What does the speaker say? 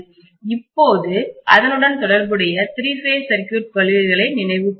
இப்போது அதனுடன் தொடர்புடைய திரி பேஸ் சர்க்யூட் கொள்கைகளை நினைவு கூர்வோம்